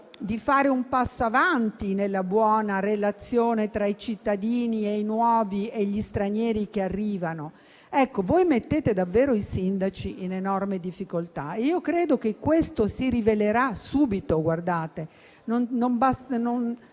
di fare un passo avanti nella buona relazione tra i cittadini e gli stranieri che arrivano. Voi mettete davvero i sindaci in enorme difficoltà e io credo che questo si rivelerà subito. Non ci sarà bisogno